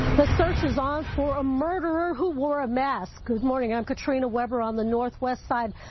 the search is on for a murderer who wore a mask, good morning, i'm katrina webber on the northwest side.